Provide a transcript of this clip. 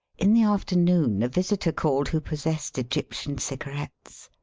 in the afternoon a visitor called who possessed egyptian cigarettes.